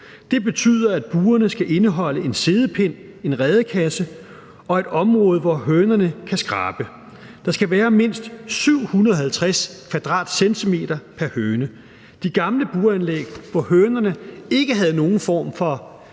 Det betyder, at burene skal indeholde en siddepind, en redekasse og et område, hvor hønerne kan skrabe. Der skal være mindst 750 cm² pr. høne. De gamle buranlæg, hvor hønerne ikke havde nogen form for